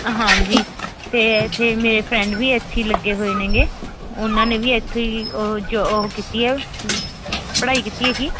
ਹਾਂਜੀ ਅਤੇ ਇੱਥੇ ਮੇਰੇ ਫ੍ਰੈਂਡ ਵੀ ਇੱਥੇ ਹੀ ਲੱਗੇ ਹੋਏ ਨੇਗੇ ਉਹਨਾਂ ਨੇ ਵੀ ਇੱਥੇ ਹੀ ਉਹ ਜ ਉਹ ਕੀਤੀ ਹੈ ਪੜ੍ਹਾਈ ਕੀਤੀ ਹੈਗੀ